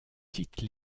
tite